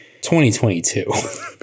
2022